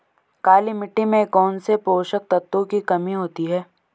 काली मिट्टी में कौनसे पोषक तत्वों की कमी होती है?